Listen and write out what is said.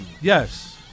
Yes